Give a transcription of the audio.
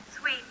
Sweet